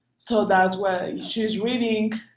so that's why she's reading